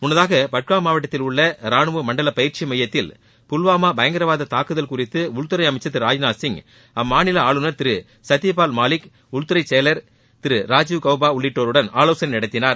முன்னதாக பட்காம் மாவட்டத்தில் உள்ள ராணுவ மண்டல பயிற்சி மையத்தில் புல்வாமா பயங்கரவாத தூக்குதல் குறித்து உள்துறை அமைச்சர் திரு ராஜ்நாத்சிங் அம்மாநில ஆளுநர் திரு சத்யபால் மாலிக் உள்துறை செயலர் திரு ராஜீவ் கௌபா உள்ளிட்டோருடன் ஆலோகனை நடத்தினார்